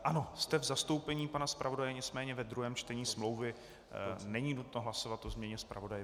Ano, jste v zastoupení pana zpravodaje, nicméně ve druhém čtení smlouvy není nutno hlasovat o změně zpravodaje.